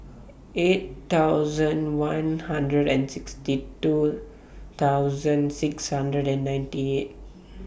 eight thousand one hundred and sixty two thousand six hundred and ninety eight